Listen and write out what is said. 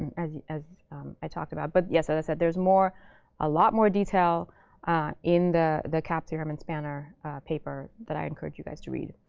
as as i talked about. but yes, as i said, there's a ah lot more detail in the the cap theorem and spanner paper that i encourage you guys to read.